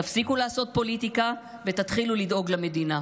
תפסיקו לעשות פוליטיקה ותתחילו לדאוג למדינה.